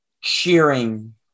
cheering